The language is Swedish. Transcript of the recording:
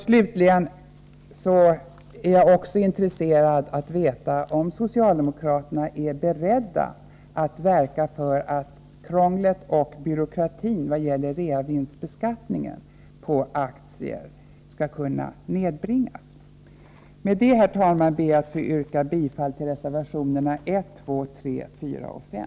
Slutligen är jag intresserad av att få veta om socialdemokraterna är beredda att verka för att krånglet och byråkratin i vad gäller reavinstbeskattningen på aktier nedbringas. Med detta, herr talman, ber jag att få yrka bifall till reservationerna 1, 2,3, 4 och 5.